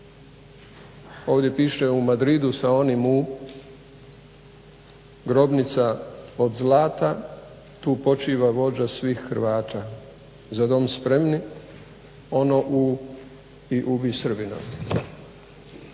Ovdje piše u Madridu sa onim U grobnica od zlata tu počiva vođa svih Hrvata. Za Dom spremni. Ono U i ubij Srbina.